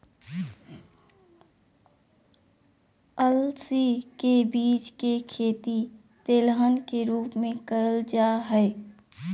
अलसी के बीज के खेती तेलहन के रूप मे करल जा हई